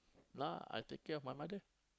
now I take care of my mother